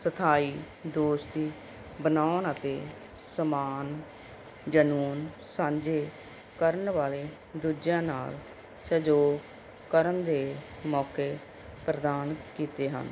ਸਥਾਈ ਦੋਸਤੀ ਬਣਾਉਣ ਅਤੇ ਸਮਾਨ ਜਨੂੰਨ ਸਾਂਝੇ ਕਰਨ ਵਾਲੇ ਦੂਜਿਆਂ ਨਾਲ ਸਹਿਯੋਗ ਕਰਨ ਦੇ ਮੌਕੇ ਪ੍ਰਦਾਨ ਕੀਤੇ ਹਨ